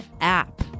app